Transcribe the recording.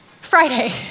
Friday